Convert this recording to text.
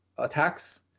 attacks